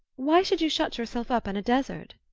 why should you shut yourself up in a desert?